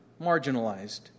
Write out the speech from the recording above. marginalized